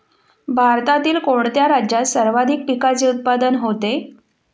भारतातील कोणत्या राज्यात सर्वाधिक पिकाचे उत्पादन होते?